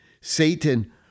Satan